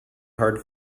hard